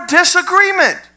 disagreement